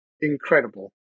incredible